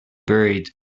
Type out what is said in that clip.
buried